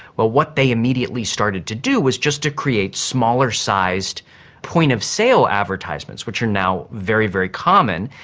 well, what they immediately started to do was just to create smaller sized point-of-sale advertisements which are now very, very common.